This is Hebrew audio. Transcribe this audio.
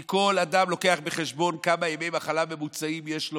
כי כל אדם מביא בחשבון כמה ימי מחלה ממוצעים יש לו